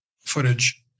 footage